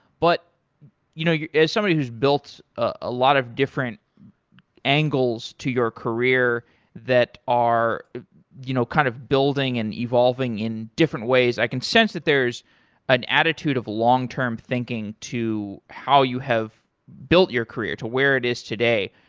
but you know as somebody who's built a lot of different angles to your career that are you know kind of building and evolving in different ways, i can sense that there is an attitude of long-term thinking to how you have built your career to where it is today.